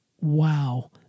wow